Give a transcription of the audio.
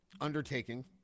undertaking